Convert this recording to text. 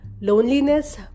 loneliness